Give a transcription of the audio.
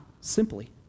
simply